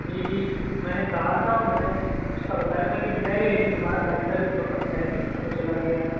جی جی میں نے کہا تھا اور میں نے اس کا بتایا بھی تھا کہ مل جائے گا لیکن ہمارا کاریگر اس وقت ہے نہیں اور وہ چلا گیا ہے